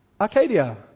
Arcadia